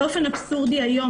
באופן אבסורדי היום,